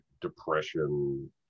depression